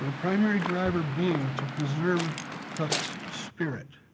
ah primary driver being to preserve tuck's spirit.